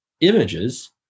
images